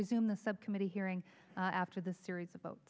resume the subcommittee hearing after the series about